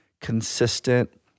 consistent